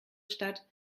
statt